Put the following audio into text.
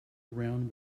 around